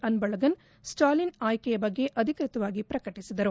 ಅನ್ಬಳಗನ್ ಸ್ಕಾಲಿನ್ ಆಯ್ಕೆಯ ಬಗ್ಗೆ ಅಧಿಕ್ವತವಾಗಿ ಪ್ರಕಟಿಸಿದರು